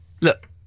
Look